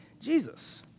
Jesus